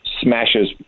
smashes